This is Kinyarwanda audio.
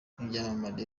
n’ibyamamare